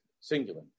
singular